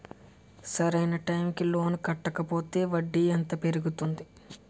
సరి అయినా టైం కి లోన్ కట్టకపోతే వడ్డీ ఎంత పెరుగుతుంది?